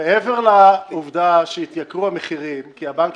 --- מעבר לעובדה שיתייקרו המחירים כי הבנק